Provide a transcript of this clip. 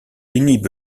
inhibe